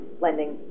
lending